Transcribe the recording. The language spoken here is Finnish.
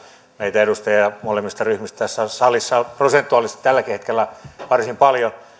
meitä edustajia molemmista ryhmistä on tässä salissa prosentuaalisesti tälläkin hetkellä varsin paljon